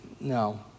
no